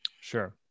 Sure